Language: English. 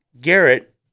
Garrett